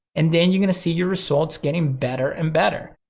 and then you're gonna see your results getting better and better.